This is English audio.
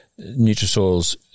Nutrisoils